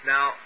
Now